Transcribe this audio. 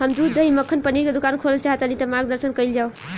हम दूध दही मक्खन पनीर के दुकान खोलल चाहतानी ता मार्गदर्शन कइल जाव?